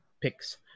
Picks